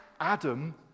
Adam